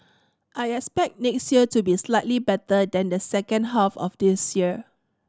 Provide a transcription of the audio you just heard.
I expect next year to be slightly better than the second half of this year